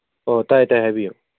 ꯑꯣ ꯇꯥꯏ ꯇꯥꯏ ꯍꯥꯏꯕꯤꯌꯨ